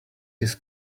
his